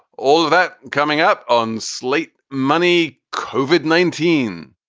all of that coming up on slate money covered nineteen